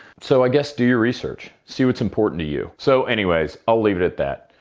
so, i guess do your research. see what's important to you. so anyways, i'll leave it at that.